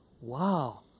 wow